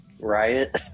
riot